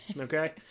Okay